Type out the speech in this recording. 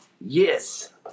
Yes